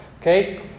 Okay